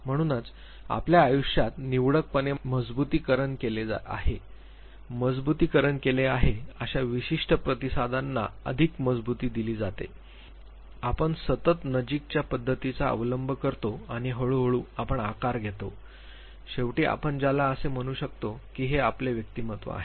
म्हणूनच आपल्या आयुष्यात निवडकपणे मजबुतीकरण केले आहे अशा विशिष्ट प्रतिसादांना अधिक मजबुती दिली जाते आपण सतत नजीकच्या पद्धतीचा अवलंब करतो आणि हळूहळू आपण आकार घेतो शेवटी आपण ज्याला असे म्हणू शकतो की हे आपले व्यक्तिमत्व आहे